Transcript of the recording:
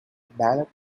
ballet